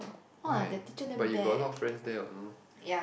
why but you got a lot of friends there what no meh